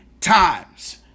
times